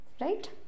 right